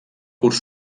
curs